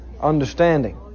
understanding